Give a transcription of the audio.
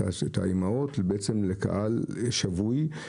את האימהות בעצם לקהל שבוי,